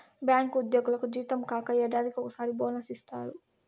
bank ఉద్యోగులకు జీతం కాక ఏడాదికి ఒకసారి బోనస్ ఇత్తారు